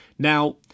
Now